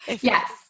Yes